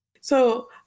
So-